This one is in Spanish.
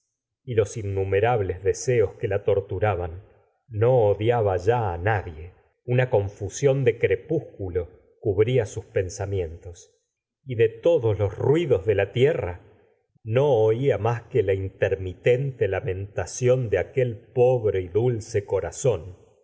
y los innumerables deseos que la torturaban no odiaba ya á nadie una confusión de crepúsculo cubría sus pensamientos y de todos los ruidos de la tierra no oía más que la íntergustavó flauber'l mitente lamentación de aquel pobre y dulce cora